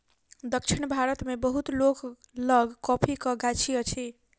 दक्षिण भारत मे बहुत लोक लग कॉफ़ीक गाछी अछि